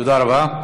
תודה רבה.